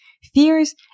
fears